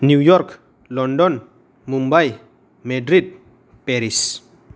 New York London Mumbai Madrid Paris